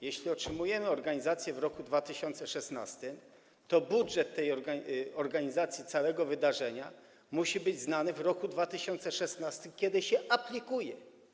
Jeśli otrzymujemy organizację w roku 2016, to budżet organizacji całego wydarzenia musi być znany w roku 2016, kiedy się aplikuje.